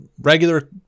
regular